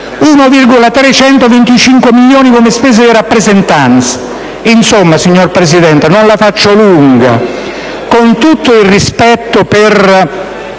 1,325 milioni per le spese di rappresentanza. Insomma, signor Presidente, non la faccio lunga. Con tutto il rispetto per